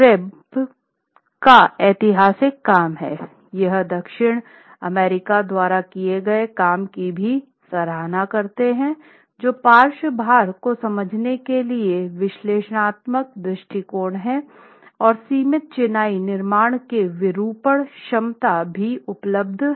हम दक्षिण अमेरिका द्वारा किये गए काम की भी सराहना करते है जो पार्श्व भार को समझने के लिए विश्लेषणात्मक दृष्टिकोण है और सीमित चिनाई निर्माण की विरूपण क्षमता भी उपलब्ध है